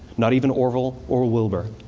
not even orville or wilbur.